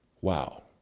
Wow